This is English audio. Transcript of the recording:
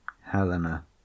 Helena